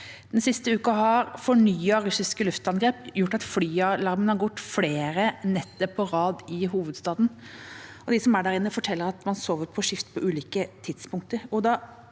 Den siste uka har fornyede russiske luftangrep gjort at flyalarmen har gått flere netter på rad i hovedstaden, og de som er der inne, forteller at man sover på skift på ulike tidspunkter.